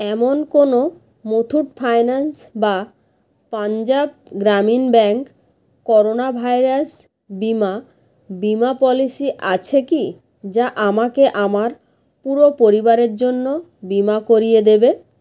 এমন কোনো মুথুট ফাইন্যান্স বা Punjab Gramin bank corona virus বিমা বিমা পলিসি আছে কি যা আমাকে আমার পুরো পরিবারের জন্য বিমা করিয়ে দেবে